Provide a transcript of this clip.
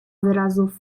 wyrazów